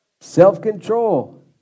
self-control